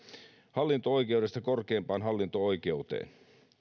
hallinto oikeudesta korkeimpaan hallinto oikeuteen